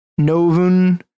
novun